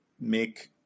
make